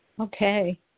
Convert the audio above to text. Okay